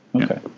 Okay